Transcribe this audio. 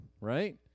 right